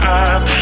eyes